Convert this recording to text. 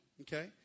okay